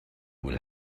will